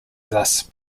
thus